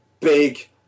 big